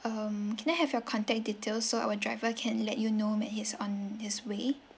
um can I have your contact details so our driver can let you know when he's on his way